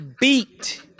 Beat